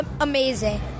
amazing